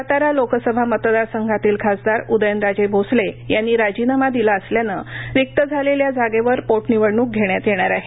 सातारा लोकसभा मतदारसंघातील खासदार उदयन राजे भोसले यांनी राजीनामा दिला असल्यानं रिक्त झालेल्या जागेवर पोटनिवडणूक घेण्यात येणार आहे